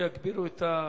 מבקשים שיגבירו את,